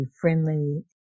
friendly